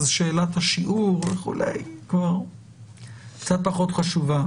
שאלת השיעור וכולי כבר קצת פחות חשובה.